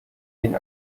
den